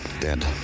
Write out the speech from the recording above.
Dead